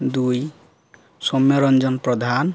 ଦୁଇ ସୌମ୍ୟ ରଞ୍ଜନ ପ୍ରଧାନ